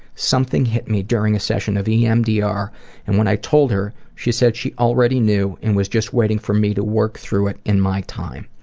something hit me during a session of emdr and i when i told her, she said she already knew and was just waiting for me to work through it in my time.